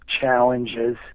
challenges